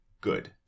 good